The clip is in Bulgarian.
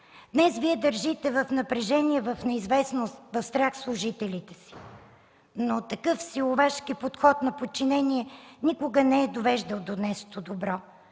Днес Вие държите в напрежение, в неизвестност, в страх служителите си, но такъв силовашки подход на подчинение никога не е довеждал до нещо добро.